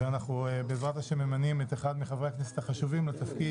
ואנחנו בעזרת השם ממנים את אחד מחברי הכנסת החשובים לתפקיד,